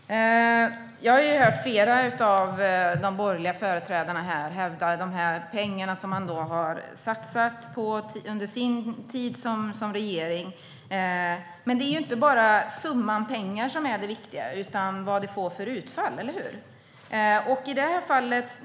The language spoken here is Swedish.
Herr talman! Jag har hört flera av de borgerliga företrädarna nämna de pengar som satsades under deras tid i regeringen. Men det är inte bara summan pengar som är det viktiga utan vad summan får för utfall - eller hur?